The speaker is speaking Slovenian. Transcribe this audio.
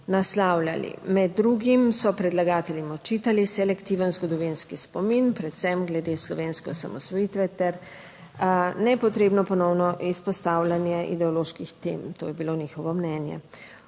naslavljali. Med drugim so predlagateljem očitali selektiven zgodovinski spomin, predvsem glede slovenske osamosvojitve ter nepotrebno ponovno izpostavljanje ideoloških tem. To je bilo njihovo mnenje.